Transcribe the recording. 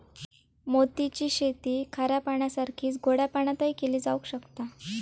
मोती ची शेती खाऱ्या पाण्यासारखीच गोड्या पाण्यातय केली जावक शकता